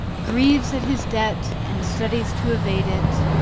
grieves at his debt and studies to evade it,